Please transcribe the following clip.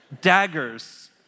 daggers